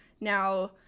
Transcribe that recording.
now –